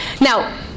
Now